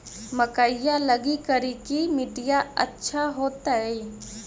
मकईया लगी करिकी मिट्टियां अच्छा होतई